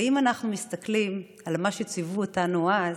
ואם אנחנו מסתכלים על מה שציוו אותנו אז,